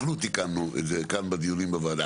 אנחנו תיקנו את זה כאן בדיונים בוועדה